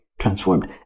transformed